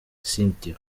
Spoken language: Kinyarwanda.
cynthia